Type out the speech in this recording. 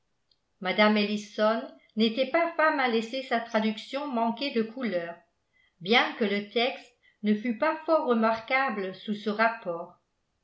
mme ellison n'était pas femme à laisser sa traduction manquer de couleur bien que le texte ne fût pas fort remarquable sous ce rapport